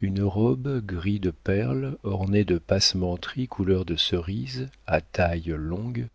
une robe gris de perle ornée de passementeries couleur de cerise à taille longue